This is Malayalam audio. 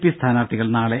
പി സ്ഥാനാർത്ഥികൾ നാളെ